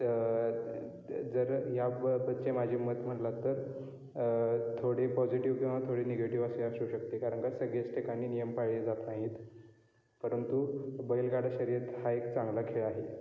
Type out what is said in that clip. तर जर ह्याबाबतचे माझे मत म्हणालात तर थोडी पॉजिटिव किंवा थोडी निगेटिव असे असू शकते कारण का सगळेच ठिकाणी नियम पाळले जात नाहीत परंतु बैलगाडा शर्यत हा एक चांगला खेळ आहे